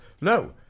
No